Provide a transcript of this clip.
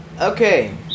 Okay